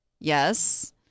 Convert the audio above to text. Yes